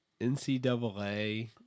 NCAA